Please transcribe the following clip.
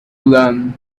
learn